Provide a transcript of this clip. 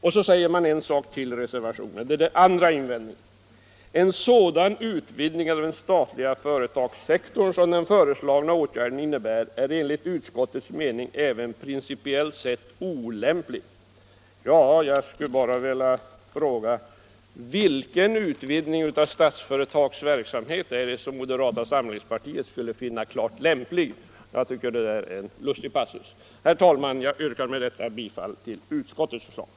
Den andra invändningen i reservationen är denna:.”En sådan utvidgning av den statliga företagssektorn som den nu föreslagna åtgärden innebär är enligt utskottets mening även principiellt sett olämplig.” Jag skulle bara vilja fråga: Vilken utvidgning av Statsföretags verksamhet skulle moderata samlingspartiet finna klart lämplig? Jag tycker att det där är en lustig passus. Herr talman! Jag yrkar med detta bifall till utskottets hemställan.